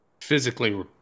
Physically